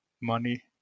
money